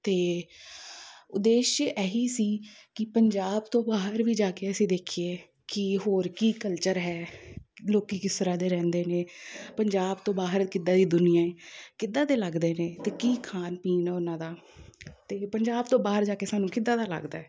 ਅਤੇ ਉਦੇਸ਼ਯ ਇਹ ਹੀ ਸੀ ਕਿ ਪੰਜਾਬ ਤੋਂ ਬਾਹਰ ਵੀ ਜਾ ਕੇ ਅਸੀਂ ਦੇਖੀਏ ਕਿ ਹੋਰ ਕੀ ਕਲਚਰ ਹੈ ਲੋਕ ਕਿਸ ਤਰ੍ਹਾਂ ਦੇ ਰਹਿੰਦੇ ਨੇ ਪੰਜਾਬ ਤੋਂ ਬਾਹਰ ਕਿੱਦਾਂ ਦੀ ਦੁਨੀਆਂ ਹੈ ਕਿੱਦਾਂ ਦੇ ਲੱਗਦੇ ਨੇ ਅਤੇ ਕੀ ਖਾਣ ਪੀਣ ਉਹਨਾਂ ਦਾ ਅਤੇ ਪੰਜਾਬ ਤੋਂ ਬਾਹਰ ਜਾ ਕੇ ਸਾਨੂੰ ਕਿੱਦਾਂ ਦਾ ਲੱਗਦਾ ਹੈ